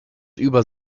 über